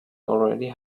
already